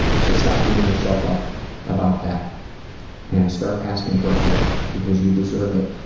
so stop beating yourself up about that and start asking for help. because you deserve it.